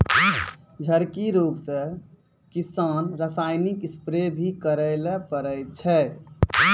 झड़की रोग से किसान रासायनिक स्प्रेय भी करै ले पड़ै छै